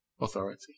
authority